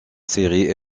série